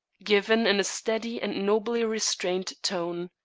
given in a steady and nobly restrained tone.